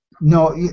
no